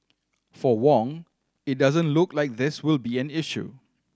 for Wong it doesn't look like this will be an issue